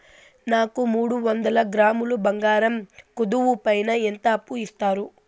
నాకు మూడు వందల గ్రాములు బంగారం కుదువు పైన ఎంత అప్పు ఇస్తారు?